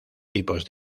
tipos